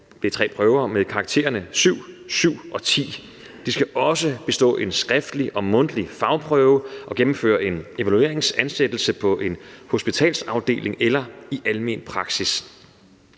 det er tre prøver – med karaktererne 7, 7 og 10. De skal også bestå en skriftlig og mundtlig fagprøve og gennemføre en evalueringsansættelse på en hospitalsafdeling eller i almen praksis.